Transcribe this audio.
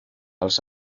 als